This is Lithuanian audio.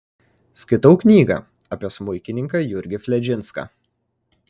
skaitau knygą apie smuikininką jurgį fledžinską